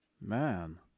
man